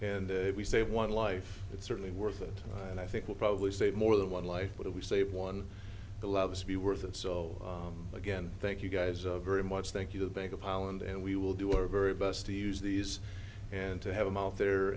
and we save one life it's certainly worth it and i think we'll probably save more than one life but if we save one loves to be worth it so again thank you guys of very much thank you to the bank of holland and we will do our very best to use these and to have them out there